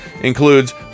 includes